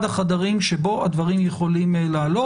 אחד החדרים, שבו הדברים יכולים לעלות.